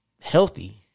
healthy